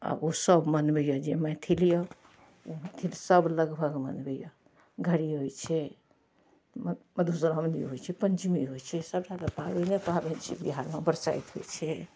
आब ओसब मनबैया जे मैथिले सब लगभग मनबैया घरही होइ छै मधुश्रावणी होइ छै पञ्चमी होइ छै सबटा तऽ पाबिने पाबनि छै बिहारमे बरसाइत होइ छै